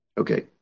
Okay